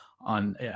on